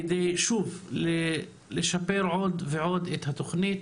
כדי לשפר עוד ועוד את התוכנית